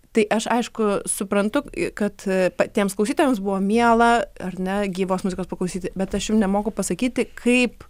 tai aš aišku suprantu kad patiems klausytojams buvo miela ar ne gyvos muzikos paklausyti bet aš jum nemoku pasakyti kaip